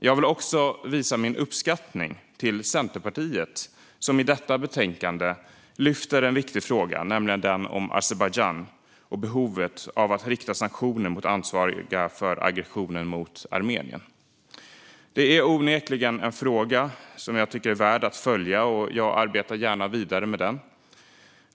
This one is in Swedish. Jag vill också visa min uppskattning för Centerpartiet, som i detta betänkande lyfter en viktig fråga, nämligen Azerbajdzjan och behovet av att rikta sanktioner mot ansvariga för aggressionen mot Armenien. Det är onekligen en fråga jag tycker är värd att följa, och jag arbetar gärna vidare med den.